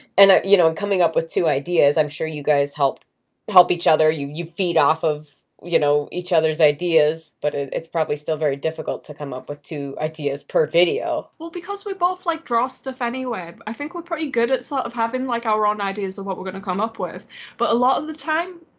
and ah you know, coming up with two ideas, i'm sure you guys help help each other. you you feed off of you know each other's ideas, but it's probably still very difficult to come up with two ideas per video. well because we both like draw stuff anyway, i think we're pretty good at sort of having like our own ideas of what we're gonna come up with but a lot of the time,